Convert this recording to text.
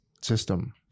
system